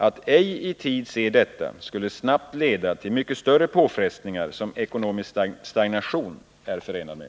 Att ej i tid se detta skulle snabbt leda till de mycket större påfrestningar som ekonomisk stagnation är förenad med.